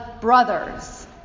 brothers